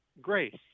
grace